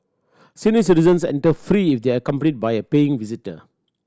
senior citizens enter free if they are accompanied by a paying visitor